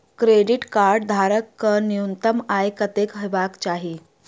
Credit card धारक कऽ न्यूनतम आय कत्तेक हेबाक चाहि?